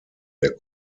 der